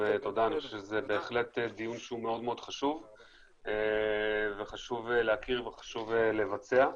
אני חושב שזה בהחלט דיון חשוב וחשוב להכיר וחשוב לבצע.